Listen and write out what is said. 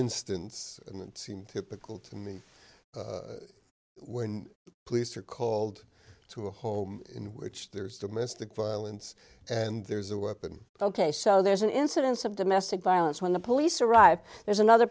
instance in that seem typical to me when police are called to a home in which there's domestic violence and there's a weapon ok so there's an incidence of domestic violence when the police arrive there's another